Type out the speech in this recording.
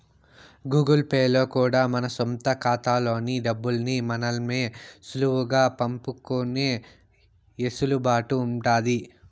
Google Pay లో కూడా మన సొంత కాతాల్లోకి డబ్బుల్ని మనమే సులువుగా పంపుకునే ఎసులుబాటు ఉండాది